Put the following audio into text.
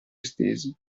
estesi